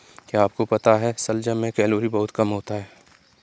क्या आपको पता है शलजम में कैलोरी बहुत कम होता है?